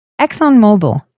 ExxonMobil